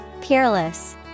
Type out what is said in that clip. peerless